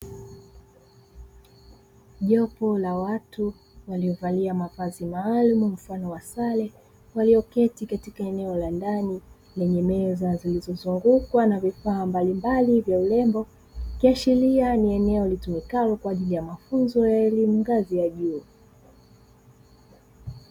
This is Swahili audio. Jopo la watu waliovalia mavazi maalumu mfano wa sare walioketi katika eneo la ndani lenye meza zilizozungukwa na vifaa mbalimbali vya urembo, ikiashiria ni eneo litumikalo kwajili ya mafunzo ya elimu ngazi ya juu.